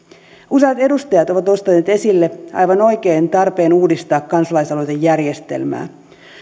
useat edustajat ovat nostaneet esille aivan oikein tarpeen uudistaa kansalaisaloitejärjestelmää ryhdytään